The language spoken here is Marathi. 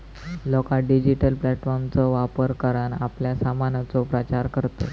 लोका डिजिटल प्लॅटफॉर्मचा वापर करान आपल्या सामानाचो प्रचार करतत